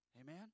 Amen